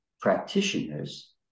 practitioners